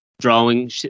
drawing